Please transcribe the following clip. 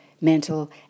mental